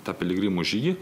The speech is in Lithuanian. tą piligrimų žygį